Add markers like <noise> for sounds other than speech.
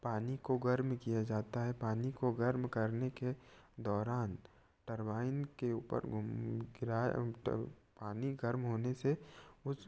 पानी को गर्म किया जाता है पानी को गर्म करने के दौरान टरबाइन के ऊपर <unintelligible> पानी गर्म होने से उस